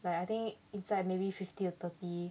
like I think inside maybe fifty to thirty